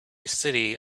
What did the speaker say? city